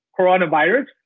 coronavirus